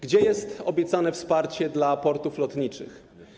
Gdzie jest obiecane wsparcie dla portów lotniczych?